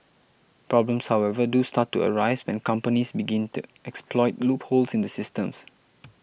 problems however do start to arise when companies begin to exploit loopholes in the system